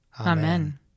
Amen